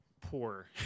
poor